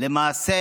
למעשה